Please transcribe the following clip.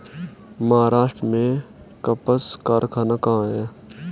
महाराष्ट्र में कपास कारख़ाना कहाँ है?